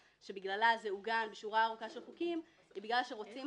שבעה ימים מיום הגשת העתירה." משרד הבריאות.